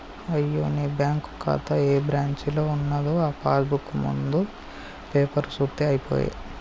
అయ్యో నీ బ్యాంకు ఖాతా ఏ బ్రాంచీలో ఉన్నదో ఆ పాస్ బుక్ ముందు పేపరు సూత్తే అయిపోయే